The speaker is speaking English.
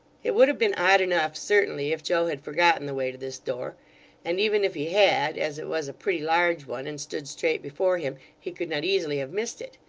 it would have been odd enough, certainly, if joe had forgotten the way to this door and even if he had, as it was a pretty large one and stood straight before him, he could not easily have missed it.